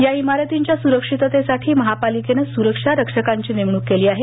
या इमारतींच्या सुरक्षिततेसाठी महापालिकेनं सुरक्षा रक्षकांची नेमणूक केली आहे